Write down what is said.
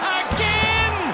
again